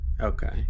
Okay